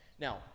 Now